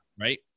right